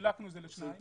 חילקנו לשניים.